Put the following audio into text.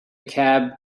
cab